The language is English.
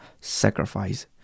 sacrifice